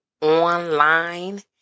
online